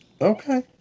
Okay